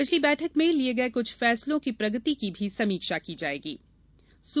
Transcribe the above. पिछली बैठक में लिये गये क्छ फैसलों की प्रगति की भी समीक्षा की जा सकती है